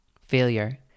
Failure